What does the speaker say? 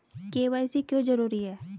KYC क्यों जरूरी है?